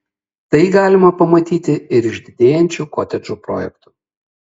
tai galima pamatyti ir iš didėjančių kotedžų projektų